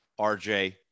RJ